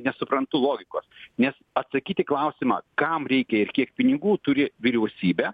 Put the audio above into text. nesuprantu logikos nes atsakyt į klausimą kam reikia ir kiek pinigų turi vyriausybė